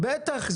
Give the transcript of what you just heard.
בטח.